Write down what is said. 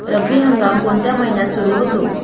रब्बी हंगाम कोणत्या महिन्यात सुरु होतो?